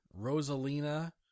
Rosalina